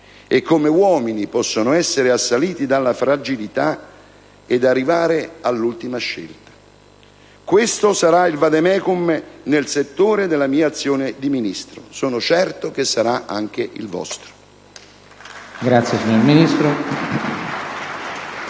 E come uomini possono essere assaliti dalla fragilità ed arrivare all'ultima scelta. Questo sarà il *vademecum,* nel settore, della mia azione di Ministro; sono certo che sarà anche il vostro. *(Applausi dai